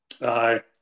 aye